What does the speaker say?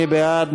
מי בעד?